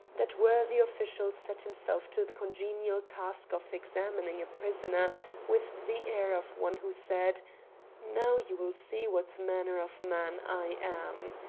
that worthy official set himself to the congenial task of examining a prisoner with the air of one who said now you will see what manner of man i am.